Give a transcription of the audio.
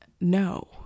No